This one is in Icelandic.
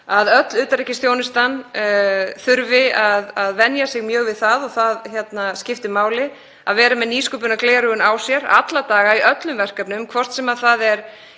að öll utanríkisþjónustan þurfi að venja sig mjög við það og það skiptir máli að vera með nýsköpunargleraugun á sér alla daga í öllum verkefnum, hvort sem það er